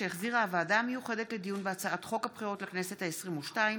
שהחזירה הוועדה המיוחדת לדיון בהצעת חוק הבחירות לכנסת העשרים-ושתיים